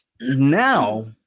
Now